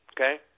Okay